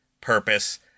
purpose